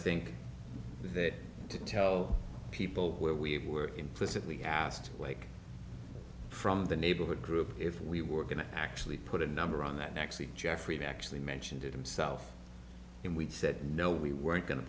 think that to tell people where we were implicitly asked like from the neighborhood group if we were going to actually put a number on that actually jeffrey actually mentioned it himself and we said no we weren't going to